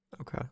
Okay